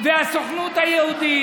והסוכנות היהודית,